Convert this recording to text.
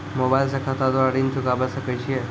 Mobile से खाता द्वारा ऋण चुकाबै सकय छियै?